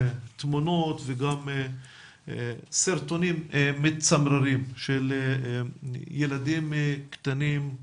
תמונות וגם סרטונים מצמררים של ילדים קטנים,